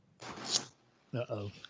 Uh-oh